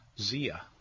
Zia